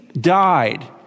died